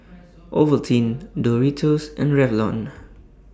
Ovaltine Doritos and Revlon